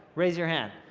raise your hand.